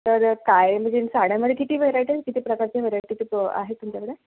तर काय म्हजेन् साडयामध्ये किती व्हरायटीन् किती प्रकारच्या व्हरायटीचे प्र आहेत तुमच्याकडे